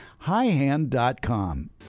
highhand.com